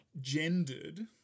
gendered